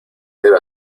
debe